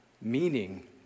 meaning